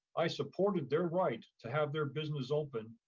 i supported their right to have their business open.